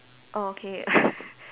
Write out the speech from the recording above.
orh okay